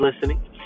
listening